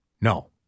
no